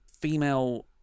female